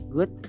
Good